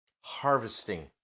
harvesting